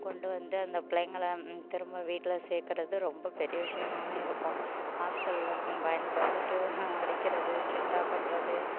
கொண்டு வந்து அந்த பிள்ளைங்கள திரும்ப வீட்டில சேர்க்கறது ரொம்ப பெரிய விஷயமாகவே இருக்கும் ஹாஸ்ட்டலில் பயந்து பயந்துகிட்டு அடிக்கிறது ஸ்ரிடிட்டாக பண்ணுறது